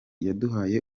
yaduhaye